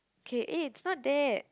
K eh it's not that